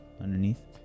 underneath